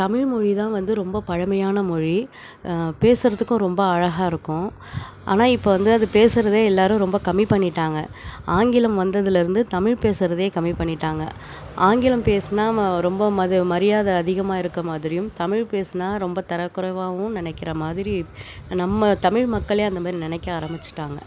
தமிழ் மொழி தான் வந்து ரொம்ப பழமையான மொழி பேசுறதுக்கும் ரொம்ப அழகாக இருக்கும் ஆனால் இப்போ வந்து அது பேசுகிறதே எல்லாரும் ரொம்ப கம்மி பண்ணிட்டாங்க ஆங்கிலம் வந்ததுலயிருந்து தமிழ் பேசுகிறதே கம்மி பண்ணிட்டாங்க ஆங்கிலம் பேசினா ரொம்ப மத மரியாதை அதிகமாக இருக்க மாதிரியும் தமிழ் பேசினா ரொம்ப தரக்குறைவாகவும் நினைக்கிற மாதிரி நம்ம தமிழ் மக்களே அந்தமாதிரி நினைக்க ஆரமிச்சிட்டாங்க